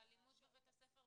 אבל האלימות בבית הספר,